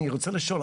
אני רוצה לשאול,